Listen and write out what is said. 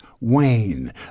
Wayne